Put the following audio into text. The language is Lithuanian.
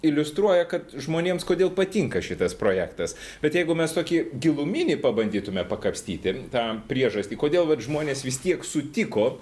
iliustruoja kad žmonėms kodėl patinka šitas projektas bet jeigu mes tokį giluminį pabandytume pakapstyti tą priežastį kodėl vat žmonės vis tiek sutiko